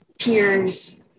peers